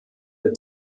der